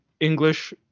English